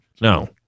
No